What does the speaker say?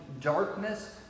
darkness